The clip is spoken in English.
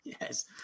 Yes